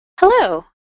Hello